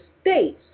states